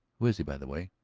who is he, by the way?